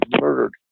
murdered